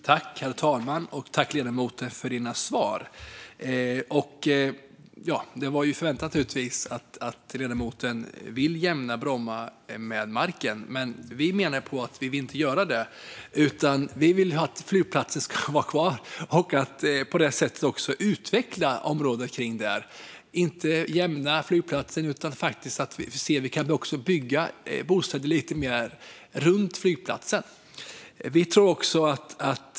Herr talman! Det var naturligtvis förväntat att ledamoten vill jämna Bromma flygplats med marken. Men vi vill inte göra det, utan vi vill att flygplatsen ska vara kvar och utveckla området kring flygplatsen. Vi vill inte jämna flygplatsen med marken utan faktiskt se om vi kan bygga bostäder runt flygplatsen.